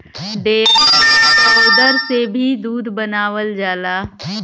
dairy में powder से भी दूध बनावल जाला